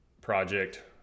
project